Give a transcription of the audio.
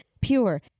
pure